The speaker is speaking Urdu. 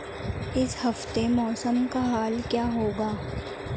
اس ہفتے موسم کا حال کیا ہوگا